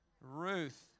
Ruth